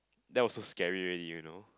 that was so scary already you know